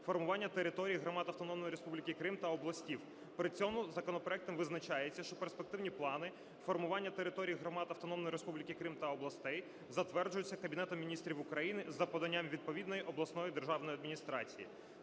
формування територій громад Автономної Республіки Крим, областей. При цьому законопроектом визначається, що перспективні плани формування територій громад Автономної Республіки Крим та областей затверджуються Кабінетом Міністрів України за поданням відповідної обласної державної адміністрації.